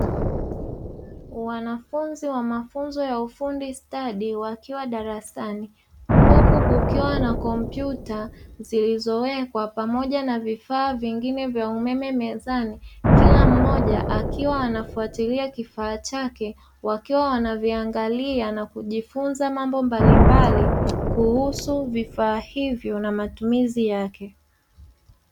Wanafunz wa mafunzo ya ufundi stadi wakiwa darasa, huku kukiwa na kompyuta zilizowekwa pamoja na vifaa vingine vya umeme mezani, kila mmoja akiwa anafuatilia kifaa chake wakiwa wanaviangalia na kujifunza mambo mbalimbali kuhusu vifaa hivyo na matumizi yake.